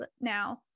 now